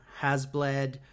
HasBled